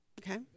Okay